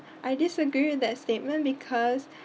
I disagree with that statement because